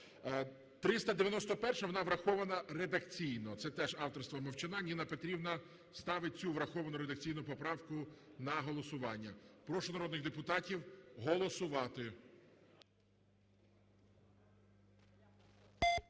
391-а, вона врахована редакційно. Це теж авторства Мовчана. Ніна Петрівна ставить цю враховану редакційно поправку на голосування. Прошу народних депутатів голосувати.